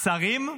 שרים,